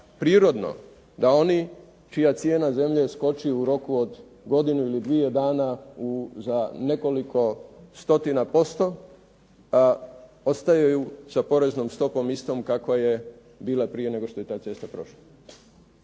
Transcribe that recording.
prirodno da oni čija cijena zemlje skoči u roku od godinu ili dvije dana za nekoliko stotina posto, ostaju sa poreznom stopom istom kakva je bila prije nego što je ta cesta prošla.